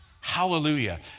Hallelujah